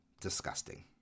disgusting